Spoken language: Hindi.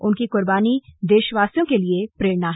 उनकी कुर्बानी देशवासियों के लिए प्रेरणा है